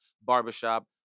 Barbershop